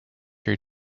your